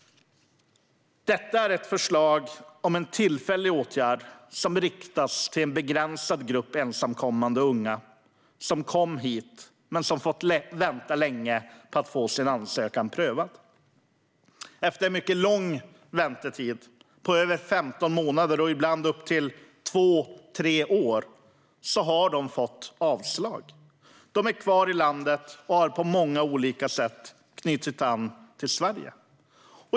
Detta är ett förslag om en tillfällig åtgärd som riktas till en begränsad grupp ensamkommande unga som kom hit men som har fått vänta länge på att få sina ansökningar prövade. Efter en mycket lång väntetid, på över 15 månader och ibland upp till två tre år, har de fått avslag. De är kvar i landet och har på många olika sätt knutit an till Sverige.